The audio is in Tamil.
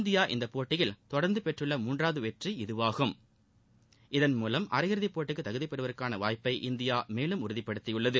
இந்தியா இந்த போட்டியில் தொடர்ந்து பெற்றுள்ள மூன்றாவது வெற்றி இதுவாகும் இதன் மூவம் அரையிறுதி போட்டிக்கு தகுதி பெறுவதற்கான வாய்ப்பை இந்தியா மேலும் உறுதிப்படுத்தியுள்ளது